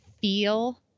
feel